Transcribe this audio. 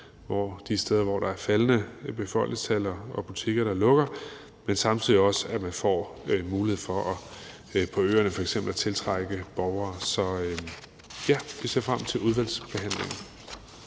de steder, hvor der er faldende befolkningstal og butikkerne lukker, og samtidig også vil gøre, at man på f.eks. øerne får mulighed for at tiltrække borgere. Så vi ser frem til udvalgsbehandlingen.